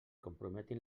comprometin